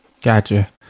Gotcha